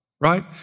right